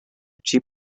cheap